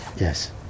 Yes